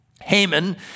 Haman